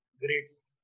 grades